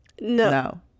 no